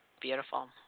Beautiful